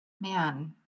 man